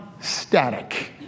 static